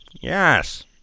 Yes